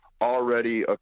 already